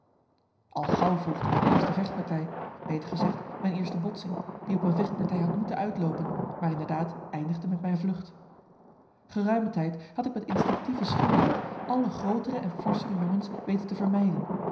al gauw volgde mijn eerste vechtpartij beter gezegd mijn eerste botsing die op een vechtpartij had moeten uitloopen maar inderdaad iendigde met mijn vlucht geruime tijd had ik met instinctieve schuwheid alle grootere en forschere jongens weten te vermijden